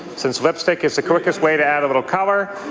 since lipstick is the quickest way to add a little colour,